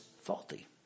faulty